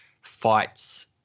fights